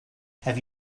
have